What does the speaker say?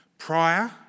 Prior